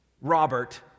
robert